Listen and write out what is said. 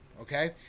okay